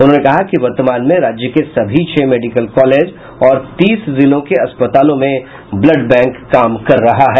उन्होंने कहा कि वर्तमान में राज्य के सभी छह मेडिकल कॉलेज और तीस जिलों के अस्पतालों में ब्लड बैंक काम कर रहा है